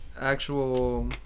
actual